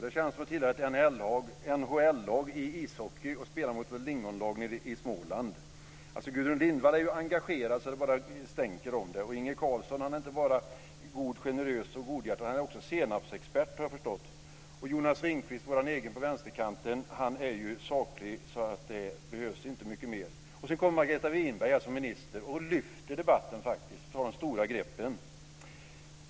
Det känns som att tillhöra ett NHL-lag i ishockey och spela mot lingonlagen i Småland. Gudrun Lindvall är engagerad så att det bara stänker om det. Inge Carlsson är inte bara god, generös och godhjärtad, han är också senapsexpert. Jonas Ringqvist, vår egen på vänsterkanten, är saklig så att det inte behövs mycket mer. Sedan kommer Margareta Winberg som minister och lyfter debatten - hon tar de stora greppen.